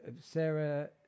Sarah